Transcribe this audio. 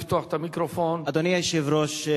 אדוני היושב ראש,